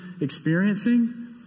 experiencing